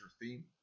theme